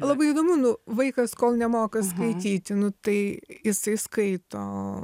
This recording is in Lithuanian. labai įdomu nu vaikas kol nemoka skaityti nu tai jisai skaito